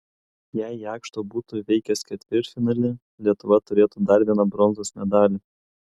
jei jakšto būtų įveikęs ketvirtfinalį lietuva turėtų dar vieną bronzos medalį